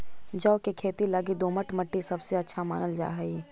जौ के खेती लगी दोमट मट्टी सबसे अच्छा मानल जा हई